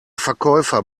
verkäufer